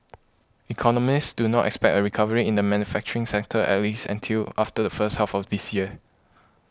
economists do not expect a recovery in the manufacturing sector at least until after the first half of this year